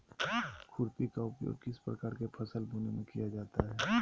खुरपी का उपयोग किस प्रकार के फसल बोने में किया जाता है?